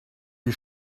die